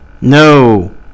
no